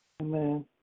Amen